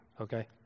okay